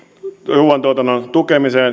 ruuantuotannon tukemiseen